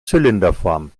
zylinderform